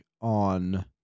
on